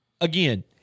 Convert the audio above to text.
Again